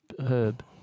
herb